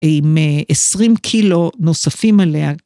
עם 20 קילו נוספים עליה.